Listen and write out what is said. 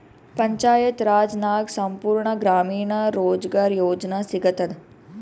ಪಂಚಾಯತ್ ರಾಜ್ ನಾಗ್ ಸಂಪೂರ್ಣ ಗ್ರಾಮೀಣ ರೋಜ್ಗಾರ್ ಯೋಜನಾ ಸಿಗತದ